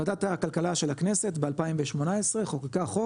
ועדת הכלכלה של הכנסת ב-2018 חוקקה חוק